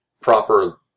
proper